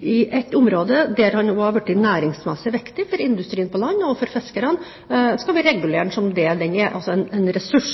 i et område der den er blitt næringsmessig viktig for industrien på land og for fiskerne, skal vi regulere den som det den er – en ressurs.